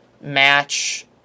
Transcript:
match